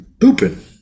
pooping